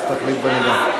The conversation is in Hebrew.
וועדת הכנסת תחליט בנדון.